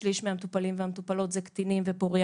אומר שלפעמים צריך